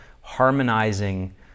harmonizing